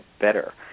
better